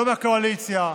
לא מהקואליציה,